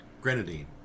Grenadine